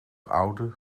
oude